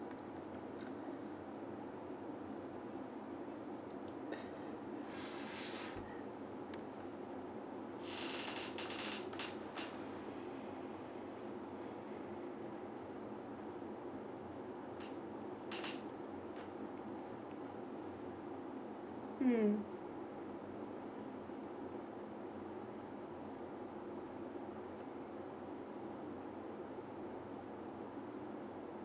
hmm